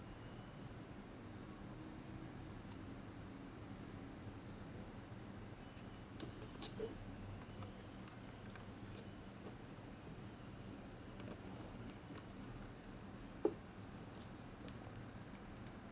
kipling